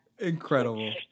Incredible